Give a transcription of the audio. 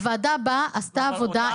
הוועדה באה, עשתה עבודה.